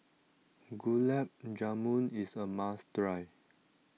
Gulab Jamun is a must try